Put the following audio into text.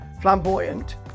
flamboyant